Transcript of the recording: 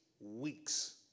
weeks